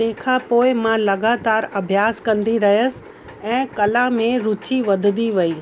तंहिं खां पोइ मां लॻातार अभ्यास कंदी रहियसि ऐं कला में रुची वधंदी वेई